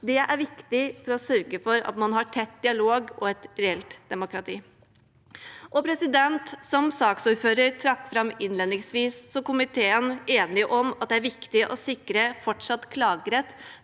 Det er viktig for å sørge for at man har tett dialog og et reelt demokrati. Som saksordføreren trakk fram innledningsvis, er komiteen enig om at det er viktig å sikre fortsatt klagerett